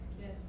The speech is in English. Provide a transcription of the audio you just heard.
Yes